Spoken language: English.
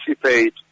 participate